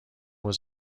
was